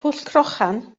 pwllcrochan